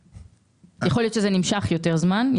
יכול להיות שזה נמשך יותר זמן.